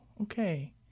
Okay